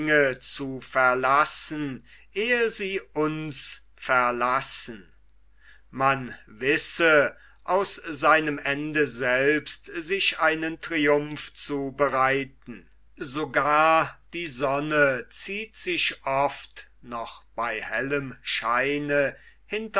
zu verlassen ehe sie uns verlassen man wisse aus seinem ende selbst sich einen triumph zu bereiten sogar die sonne zieht sich oft noch bei hellem scheine